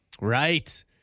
Right